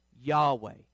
Yahweh